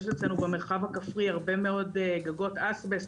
יש אצלנו במרחב הכפרי הרבה מאוד גגות אזבסט,